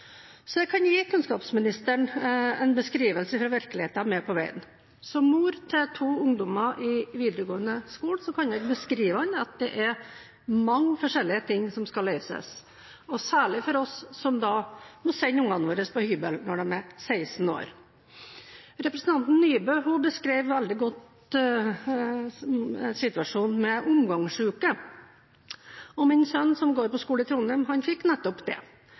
så var det denne forskjellen på å barbere seg og å skjære av seg haka. Jeg skal ikke påstå at vi er der, men jeg vil understreke viktigheten av Arbeiderpartiets forslag om kunnskapsministerens store ansvar for å følge situasjonen. Jeg kan gi kunnskapsministeren en beskrivelse fra virkeligheten med på veien. Som mor til to ungdommer i videregående skole kan jeg beskrive mange forskjellige ting som skal løses, og særlig for oss som må sende ungene våre på hybel når de er 16 år.